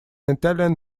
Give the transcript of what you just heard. italian